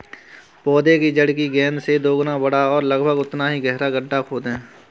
पौधे की जड़ की गेंद से दोगुना बड़ा और लगभग उतना ही गहरा गड्ढा खोदें